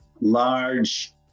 large